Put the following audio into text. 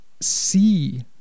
see